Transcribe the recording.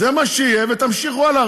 זה מה שיהיה, ותמשיכו הלאה.